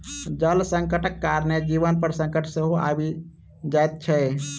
जल संकटक कारणेँ जीवन पर संकट सेहो आबि जाइत छै